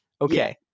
Okay